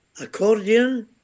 accordion